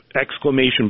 exclamation